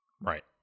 Right